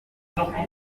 nsanga